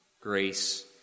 Grace